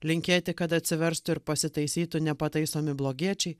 linkėti kad atsiverstų ir pasitaisytų nepataisomi blogiečiai